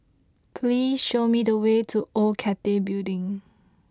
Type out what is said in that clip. please show me the way to Old Cathay Building